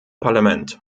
parlament